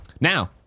now